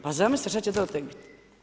Pa zamislite što će to tek bit?